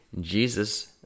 Jesus